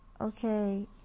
okay